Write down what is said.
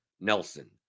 Nelson